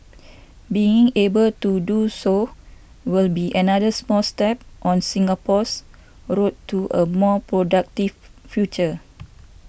being able to do so will be another small step on Singapore's road to a more productive future